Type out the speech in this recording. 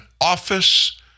office